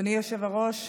אדוני היושב-ראש,